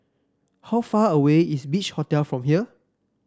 how far away is Beach Hotel from here